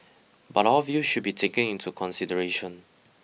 but all views should be taken into consideration